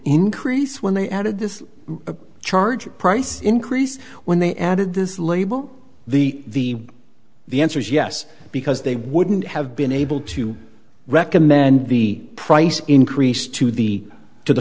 increase when they added this charge of price increase when they added this label the the answer is yes because they wouldn't have been able to recommend the price increase to the to the